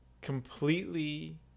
completely